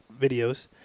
videos